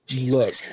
look